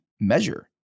measure